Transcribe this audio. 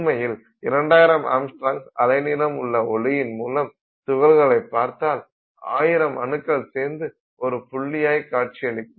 உண்மையில் 2000 ஆங்ஸ்ட்ராம்ஸ் அலைநீளம் உள்ள ஒளியின் மூலம் துகள்களை பார்த்தால் 1000 அணுக்கள் சேர்ந்து ஒரு புள்ளியாய் காட்சியளிக்கும்